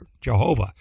Jehovah